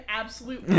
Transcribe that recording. absolute